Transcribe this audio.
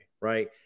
right